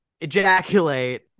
ejaculate